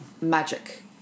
magic